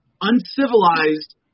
uncivilized